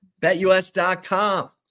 BetUS.com